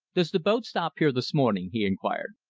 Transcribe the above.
does the boat stop here this morning? he inquired.